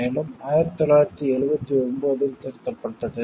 மேலும் 1979 இல் திருத்தப்பட்டது